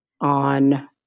on